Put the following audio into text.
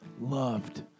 loved